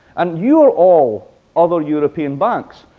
and you're all other european banks,